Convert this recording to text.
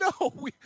No